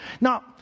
Now